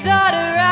Daughter